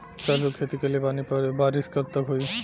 सरसों के खेती कईले बानी बारिश कब तक होई?